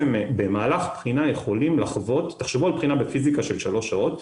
שבמהלך בחינה יכולים לחוות תחשבו על בחינה בפיזיקה של שלוש שעות,